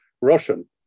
Russian